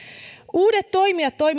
uudet toimijat